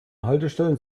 haltestellen